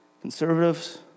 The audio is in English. Conservatives